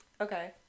Okay